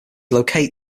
locate